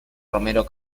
romero